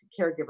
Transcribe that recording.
caregiver